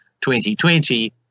2020